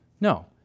No